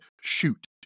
shoot